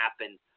happen